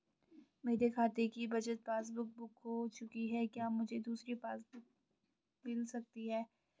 मेरे खाते की बचत पासबुक बुक खो चुकी है क्या मुझे दूसरी पासबुक बुक मिल सकती है?